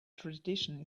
tradition